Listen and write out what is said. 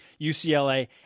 UCLA